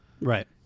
Right